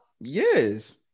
Yes